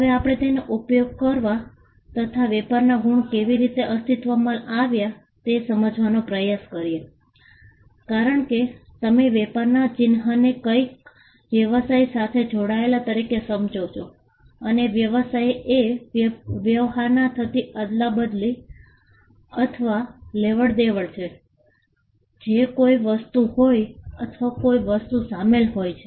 હવે આપણે તેનો ઉપયોગ તથા વેપારના ગુણ કેવી રીતે અસ્તિત્વમાં આવ્યા તે સમજવાનો પ્રયાસ કરીએ કારણ કે તમે વેપારના ચિહ્નને કંઈક વ્યવસાય સાથે જોડાયેલ તરીકે સમજો છો અને વ્યવસાયએ વ્યવહારમાં થતી અદલાબદલી અથવા લેવડદેવડ છે જે કોઈ વસ્તુ હોય અથવા કોઈ વસ્તુ શામેલ હોય છે